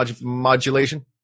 modulation